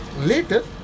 later